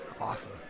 awesome